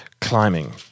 climbing